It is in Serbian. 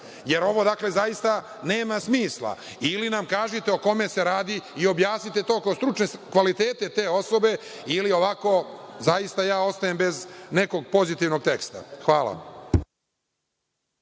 jer ovo dakle zaista nema smisla. Ili nam kažite o kome se radi i objasnite to kao stručne kvalitete te osobe ili, ovako, zaista ostajem bez nekog pozitivnog teksta. Hvala